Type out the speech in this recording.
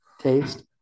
taste